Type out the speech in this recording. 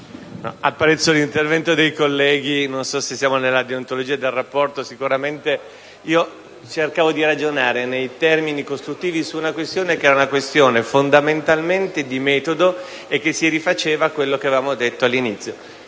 apprezzo l'intervento dei colleghi. Non so se siamo nella fisiologia del rapporto tra Parlamento e Governo. Cercavo di ragionare in termini costruttivi su una questione che è fondamentalmente di metodo e che si rifaceva a quello che avevamo detto all'inizio.